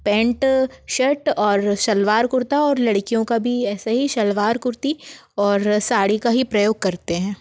paint shirt और सलवार कुर्ता और लड़कियों का भी ऐसा ही सलवार कुर्ती और साड़ी का ही प्रयोग करते हैं